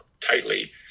tightly